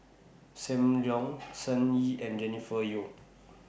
SAM Leong Shen Xi and Jennifer Yeo